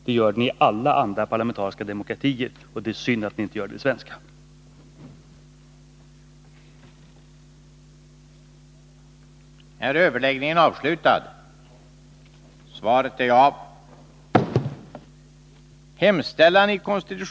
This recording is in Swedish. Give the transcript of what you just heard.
Det gör det i alla andra parlamentariska demokratier, och det är synd att det inte gör det i den svenska.